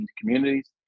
communities